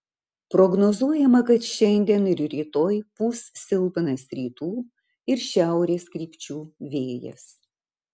prognozuojama kad šiandien ir rytoj pūs silpnas rytų ir šiaurės krypčių vėjas